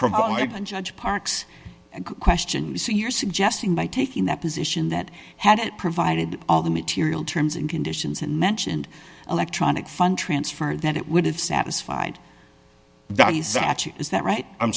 provide i can judge parks and question so you're suggesting by taking that position that had provided all the material terms and conditions and mentioned electronic funds transfer that it would have satisfied that is that right i'm